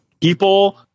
People